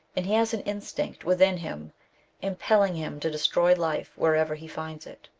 and he has an instinct within him impelling him to destroy life wherever he finds it.